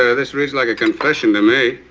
ah this reads like a confession to me,